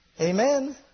Amen